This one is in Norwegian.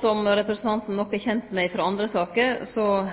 Som representanten nok er kjend med frå andre saker,